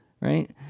right